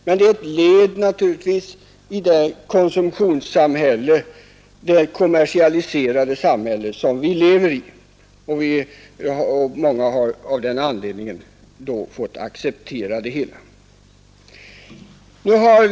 Men det är naturligtvis ett inslag i det kommersialiserade samhälle vi lever i, och många har av den anledningen fått acceptera det hela.